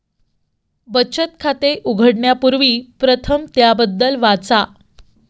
बचत खाते उघडण्यापूर्वी प्रथम त्याबद्दल वाचा